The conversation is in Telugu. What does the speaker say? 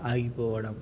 ఆగిపోవడం